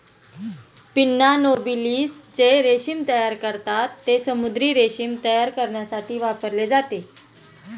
pinna nobilis जे रेशीम तयार करतात, ते समुद्री रेशीम तयार करण्यासाठी वापरले जाते